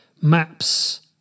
Maps